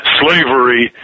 slavery